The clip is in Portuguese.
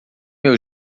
meu